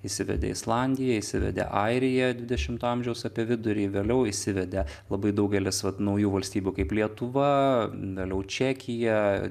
įsivedė islandija įsivedė airija dvidešimto amžiaus apie vidurį vėliau įsivedė labai daugelis vat naujų valstybių kaip lietuva vėliau čekija